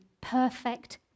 perfect